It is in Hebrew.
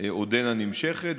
עודנה נמשכת.